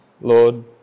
Lord